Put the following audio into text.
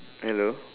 hello